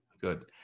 good